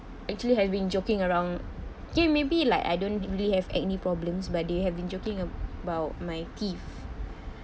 actually have been joking around okay maybe like I don't really have acne problems but they have been joking about my teeth